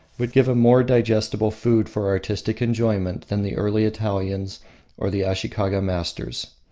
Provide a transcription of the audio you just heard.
would give more digestible food for artistic enjoyment than the early italians or the ashikaga masters,